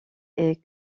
est